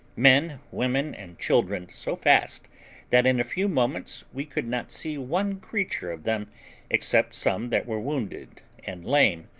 men, women, and children, so fast that in a few moments we could not see one creature of them except some that were wounded and lame,